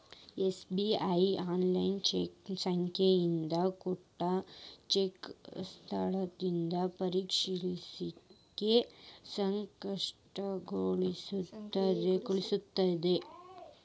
SBI online cheque ಸಂಖ್ಯೆಯಿಂದ ಕೊಟ್ಟ ಚೆಕ್ಗಳ ಸ್ಥಿತಿನ ಪರಿಶೇಲಿಸಲಿಕ್ಕೆ ಸಕ್ರಿಯಗೊಳಿಸ್ತದ